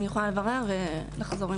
אני יכולה לברר ואחזור עם תשובה.